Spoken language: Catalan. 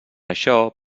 això